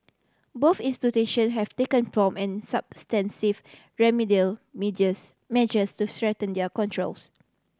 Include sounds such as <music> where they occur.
both institution have taken prompt and substantive remedial <unintelligible> measures to strengthen their controls